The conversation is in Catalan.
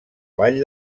vall